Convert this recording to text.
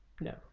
no